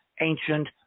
ancient